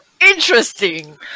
interesting